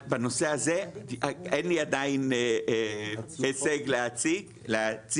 בנושא הזה אין לי עדיין הישג להציג,